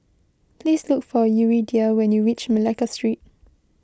please look for Yuridia when you reach Malacca Street